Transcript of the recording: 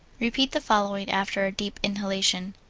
repeat the following, after a deep inhalation,